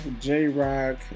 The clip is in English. J-Rock